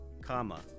Comma